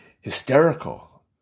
hysterical